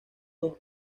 dos